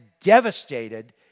devastated